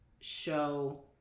show –